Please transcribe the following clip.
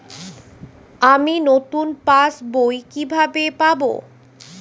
আমি নতুন পাস বই কিভাবে পাব?